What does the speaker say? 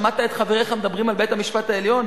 שמעת את חבריך מדברים על בית-המשפט העליון?